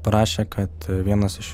parašė kad vienas iš